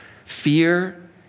Fear